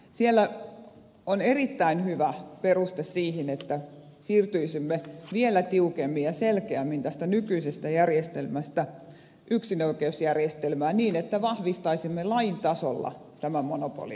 siellä on erittäin hyvä peruste siihen että siirtyisimme vielä tiukemmin ja selkeämmin tästä nykyisestä järjestelmästä yksinoikeusjärjestelmään niin että vahvistaisimme lain tasolla tämän monopolin myös suomessa